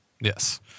Yes